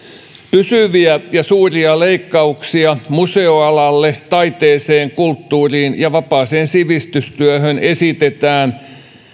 pysyviä ja suuria leikkauksia museoalalle taiteeseen kulttuuriin ja vapaaseen sivistystyöhön esitetään